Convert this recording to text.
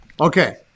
Okay